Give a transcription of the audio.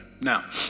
Now